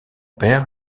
père